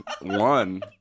one